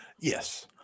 yes